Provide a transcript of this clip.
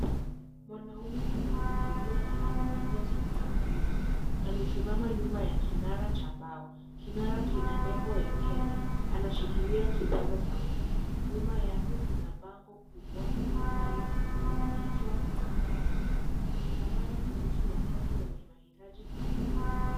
Mwanaume anahutubia na amevalia suti ya blue , amesimama nyuma ya kinara Cha mbao, kinara kina nembo ya Kenya, anashikilia kipasa sauti, nyuma yake Kuna bango kubwa ambalo Lina kichwa conference , Ina mada kuhusu watoto wenye mahitaji maalum